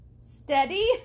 steady